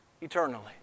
eternally